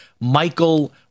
Michael